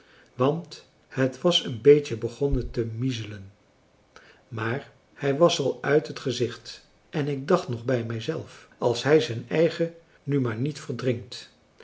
want het was een beetje begonnen te miezelen maar hij was al uit het gezicht en ik dacht nog bij mij zelf als hij zijn eigen nu maar niet verdrinkt